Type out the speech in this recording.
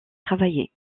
travaillé